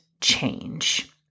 change